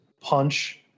punch